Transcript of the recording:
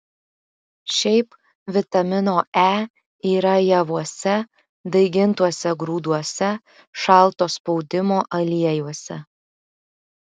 šiaip vitamino e yra javuose daigintuose grūduose šalto spaudimo aliejuose